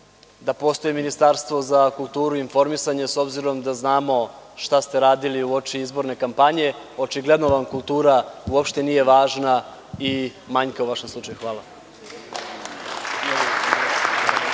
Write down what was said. da postoji Ministarstvo za kulturu i informisanje, s obzirom da znamo šta ste radili uoči izborne kampanje? Očigledno vam kultura uopšte nije važna i manjka u vašem slučaju. Hvala.